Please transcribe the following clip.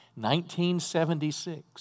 1976